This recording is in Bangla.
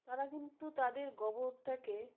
তারা কিন্তু তাদের গোবরটাকে